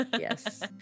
Yes